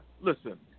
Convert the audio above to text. listen